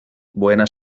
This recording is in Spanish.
buena